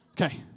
Okay